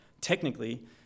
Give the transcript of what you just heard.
technically